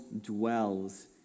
dwells